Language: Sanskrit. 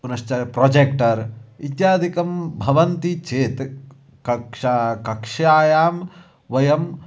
पुनश्च प्रोजेक्टर् इत्यादिकं भवन्ति चेत् कक्षा कक्ष्यायां वयं